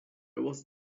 was